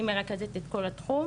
אני מרכזת את כל התחום,